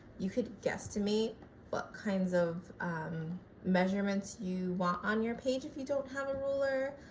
you could guesstimate what kinds of measurements you want on your page if you don't have a ruler.